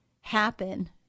happen –